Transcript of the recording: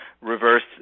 reverse